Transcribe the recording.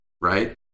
Right